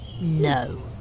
No